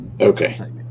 okay